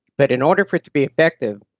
but in order for it to be effective,